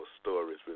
stories